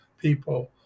people